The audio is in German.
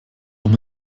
auch